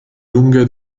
lunga